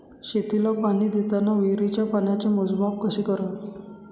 शेतीला पाणी देताना विहिरीच्या पाण्याचे मोजमाप कसे करावे?